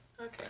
Okay